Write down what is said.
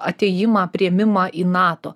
atėjimą priėmimą į nato